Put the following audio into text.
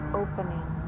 opening